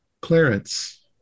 Clarence